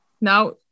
Now